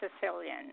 Sicilian